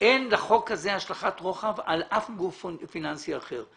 שאין לחוק הזה השלכת רוחב על אף גוף פיננסי אחר.